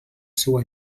seua